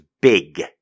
big